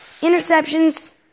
interceptions